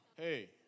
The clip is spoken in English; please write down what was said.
hey